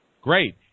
great